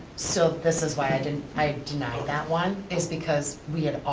so this is why i didn't, i denied that one. it's because we had